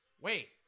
Wait